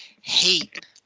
hate